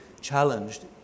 challenged